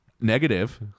Negative